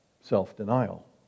self-denial